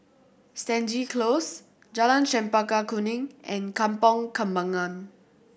Stangee Close Jalan Chempaka Kuning and Kampong Kembangan